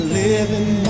living